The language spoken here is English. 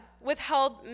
withheld